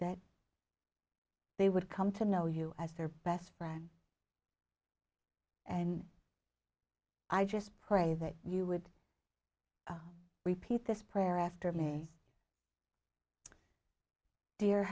that they would come to know you as their best friend and i just pray that you would repeat this prayer after me dear